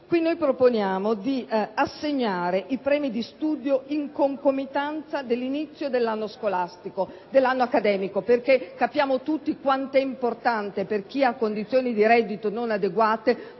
Quindi, proponiamo di assegnare i premi di studio in concomitanza dell’inizio dell’anno accademico. Capiamo tutti quanto sia importante, per chi ha condizioni di reddito non adeguate,